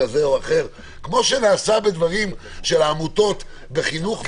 כמו שנעשה בכל מה שנוגע לעמותות חינוך וכדומה.